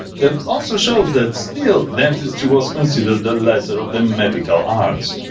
that also shows that still dentistry was considered the lesser of the medical arts.